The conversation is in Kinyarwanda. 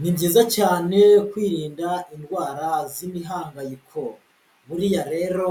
Ni byiza cyane kwirinda indwara z'imihangayiko. Buriya rero,